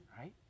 right